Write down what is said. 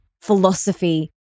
philosophy